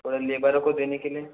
थोड़ा लेबरों को देने के लिए